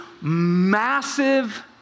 massive